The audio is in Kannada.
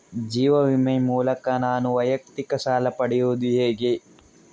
ಜೀವ ವಿಮೆ ಮೂಲಕ ನಾನು ವೈಯಕ್ತಿಕ ಸಾಲ ಪಡೆಯುದು ಹೇಗೆ?